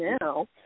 now